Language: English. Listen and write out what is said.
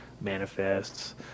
manifests